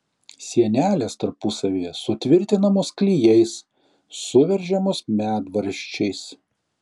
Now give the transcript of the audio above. sienelės tarpusavyje sutvirtinamos klijais suveržiamos medvaržčiais